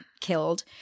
killed